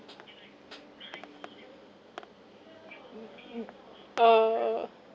mm mm uh